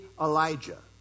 Elijah